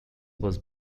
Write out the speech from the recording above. was